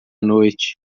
noite